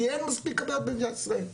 כי אין מספיק כבאיות במדינת ישראל.